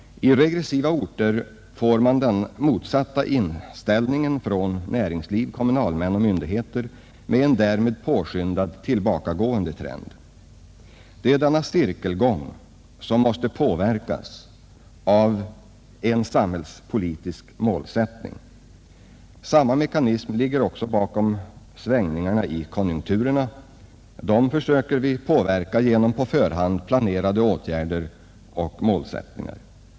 I regressiva orter får man den motsatta inställningen från näringslivet, kommunalmän och myndigheter, med en därmed påskyndad tillbakagående trend. Det är denna cirkelgång som måste påverkas av en samhällspolitisk målsättning. Samma mekanism ligger också bakom svängningarna i konjunkturerna. Dem försöker vi påverka genom på förhand planerade åtgärder och målsättningar.